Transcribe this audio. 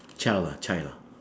child ah child